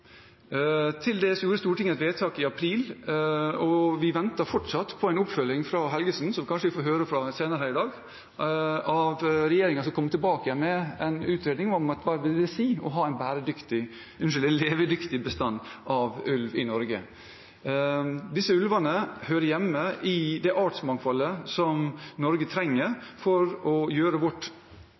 Til dels gjorde Stortinget et vedtak i april, og vi venter fortsatt på en oppfølging fra Helgesen, som vi kanskje får høre fra senere i dag, om at regjeringen skal komme tilbake med en utredning om hva det vil si å ha en levedyktig bestand av ulv i Norge. Disse ulvene hører hjemme i det artsmangfoldet som Norge trenger for at vi skal oppfylle vår plikt og vårt